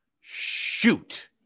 Shoot